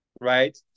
right